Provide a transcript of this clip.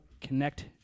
connect